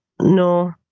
no